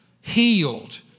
healed